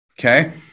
okay